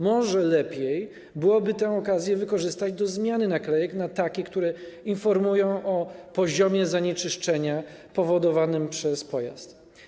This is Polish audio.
Może lepiej byłoby tę okazję wykorzystać do zmiany naklejek na takie, które informują o poziomie zanieczyszczenia powodowanym przez pojazd?